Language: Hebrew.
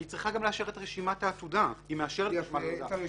היא מאשרת גם את רשימת העתודה.